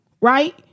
right